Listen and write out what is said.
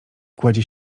kładzie